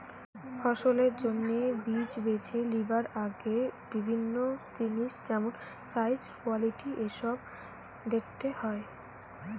ফসলের জন্যে বীজ বেছে লিবার আগে বিভিন্ন জিনিস যেমন সাইজ, কোয়ালিটি এসোব দেখতে হয়